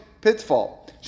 pitfall